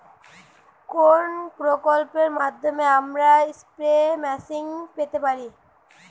কোন প্রকল্পের মাধ্যমে আমরা স্প্রে মেশিন পেতে পারি?